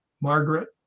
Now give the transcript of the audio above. margaret